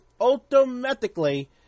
automatically